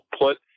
put